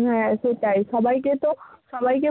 হ্যাঁ সেটাই সবাইকে তো সবাইকে